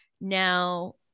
Now